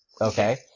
Okay